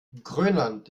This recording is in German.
grönland